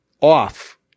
off